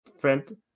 friend